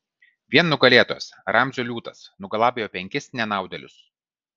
vien nugalėtojas ramzio liūtas nugalabijo penkis nenaudėlius